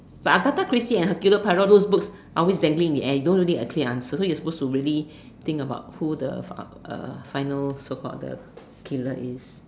but Agatha-Christie and her Guiltier pillar those books are always dangling in the air you don't really get a clear answer so you supposed to really think about who the uh final so called the killer is